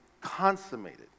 consummated